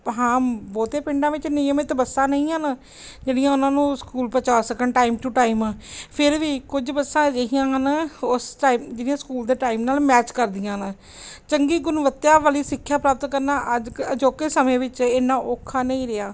ਹਾਂ ਬਹੁਤੇ ਪਿੰਡਾਂ ਵਿੱਚ ਨਿਯਮਿਤ ਬੱਸਾਂ ਨਹੀਂ ਹਨ ਜਿਹੜੀਆਂ ਉਹਨਾਂ ਨੂੰ ਸਕੂਲ ਪਹੁੰਚਾ ਸਕਣ ਟਾਈਮ ਟੂ ਟਾਈਮ ਫਿਰ ਵੀ ਕੁਝ ਬੱਸਾਂ ਅਜਿਹੀਆਂ ਹਨ ਉਸ ਟਾਈਮ ਜਿਹੜੀਆਂ ਸਕੂਲ ਦੇ ਟਾਈਮ ਨਾਲ਼ ਮੈਚ ਕਰਦੀਆਂ ਹਨ ਚੰਗੀ ਗੁਣਵੱਤਾ ਵਾਲੀ ਸਿੱਖਿਆ ਪ੍ਰਾਪਤ ਕਰਨਾ ਅੱਜ ਕ ਅਜੋਕੇ ਸਮੇਂ ਵਿੱਚ ਇੰਨਾਂ ਔਖਾ ਨਹੀਂ ਰਿਹਾ